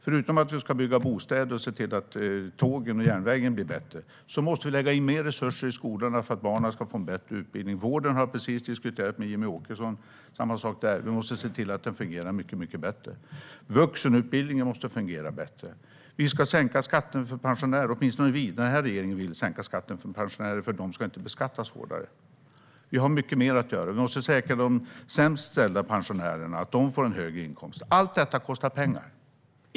Förutom att bygga bostäder och se till att tågen och järnvägen blir bättre, måste mer resurser läggas in i skolorna så att barnen får en bättre utbildning. Jag har precis diskuterat vården med Jimmie Åkesson. Det är samma sak där, det vill säga vi måste se till att den fungerar mycket bättre. Vuxenutbildningen måste fungera bättre. Skatterna för pensionärerna ska sänkas. Åtminstone den här regeringen vill sänka skatten för pensionärer eftersom de inte ska beskattas hårdare. Mycket mer finns att göra. Vi måste säkra att de sämst ställda pensionärerna får en högre inkomst. Allt detta kostar pengar.